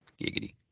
Giggity